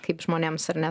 kaip žmonėms ar ne